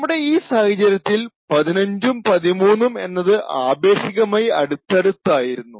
നമ്മുടെ ഈ സാഹചര്യത്തിൽ 15 ഉം 13 ഉം എന്നത് ആപേക്ഷികമായി അടുത്തടുത്ത് ആയിരുന്നു